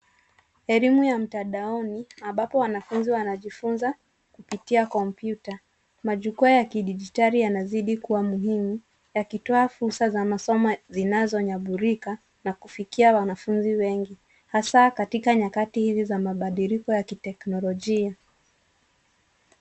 Elimu ya mtandaoni, ambapo wanafunzi wanajifunza kupitia kompyuta. Majukua ya kidijitali yanazidi kuwa muhimu yalitoa fursa za masomo ,zinazonyambulika na kufikia wanafuzi wengi hasaa katika nyakati hizi ya mabadiliko ya kiteknolojia.